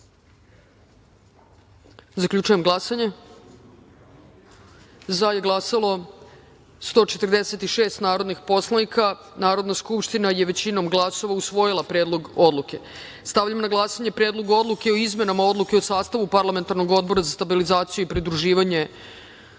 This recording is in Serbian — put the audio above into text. celini. Zaključujem glasanje: za – 146 narodnih poslanika. Narodna skupština je većinom glasova usvojila Predlogu odluke. Stavljam na glasanje Predlog odluke o izmenama Odluke o sastavu Parlamentarnog odbora za stabilizaciju i pridruživanje,